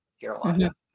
Carolina